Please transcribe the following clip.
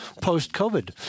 post-COVID